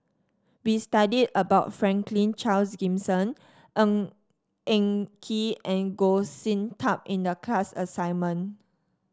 we studied about Franklin Charles Gimson Ng Eng Kee and Goh Sin Tub in the class assignment